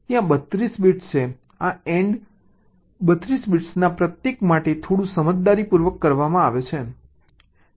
ત્યાં 32 બિટ્સ છે આ AND 32 બિટ્સમાંના પ્રત્યેક માટે થોડું સમજદારીપૂર્વક કરવામાં આવે છે